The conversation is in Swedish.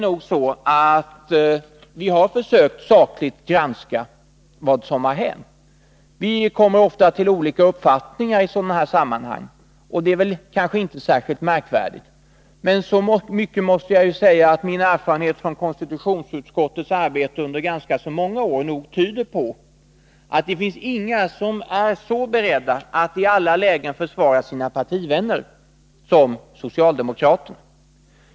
affärsverksam Vi har försökt att sakligt granska vad som har hänt. Vi kommer till olika — heten uppfattningar i sådana här sammanhang, och det är kanske inte särskilt märkvärdigt. Men så mycket måste jag säga att min erfarenhet från konstitutionsutskottets arbete under ganska många år tyder på att det finns inga som är så beredda att i alla lägen försvara sina partivänner som socialdemokraterna.